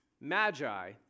magi